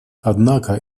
однако